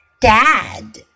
Dad